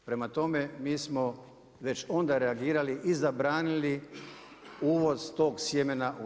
Prema tome, mi smo već onda reagirali i zabranili uvoz tog sjemena u RH.